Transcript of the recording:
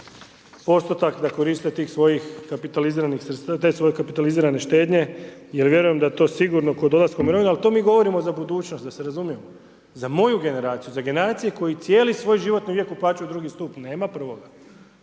postotak da koriste te svoje kapitalizirane štednje jer vjerujem da to sigurno kod dolaska u mirovinu ali to mi govorimo za budućnost da se razumijemo. Za moju generaciju, za generacije koje cijeli svoj životni vijek uplaćuju u drugi stup, nema prvoga,